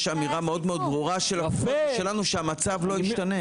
יש אמירה מאוד מאוד ברורה שלנו שהמצב לא ישתנה.